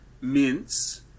mince